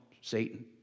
Satan